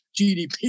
GDP